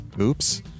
Oops